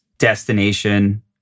destination